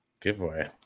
giveaway